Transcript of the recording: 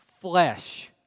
flesh